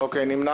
נמנע